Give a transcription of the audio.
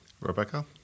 Rebecca